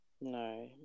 No